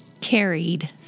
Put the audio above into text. Carried